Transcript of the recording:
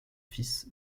fils